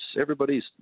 everybody's